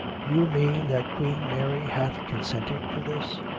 you mean that queen mary hath consented to this?